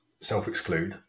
self-exclude